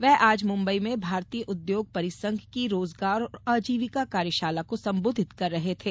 वे आज मुंबई में भारतीय उद्योग परिसंघ की रोजगार और आजीविका कार्यशाला को संबोधित कर रहे थे